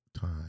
time